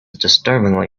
disturbingly